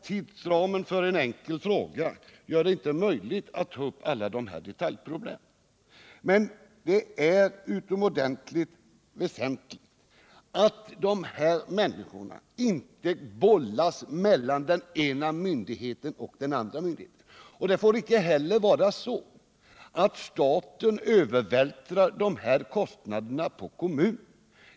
Tidsramen för en enkel fråga gör det inte möjligt att ta upp alla dessa detaljproblem, men det är utomordentligt väsentligt att de här människorna inte bollas mellan olika myndigheter. Det får icke heller vara så att staten övervältrar dessa kostnader på kommunen.